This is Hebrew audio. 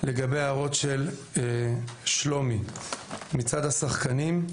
לגבי ההערות של שלומי מצד השחקנים,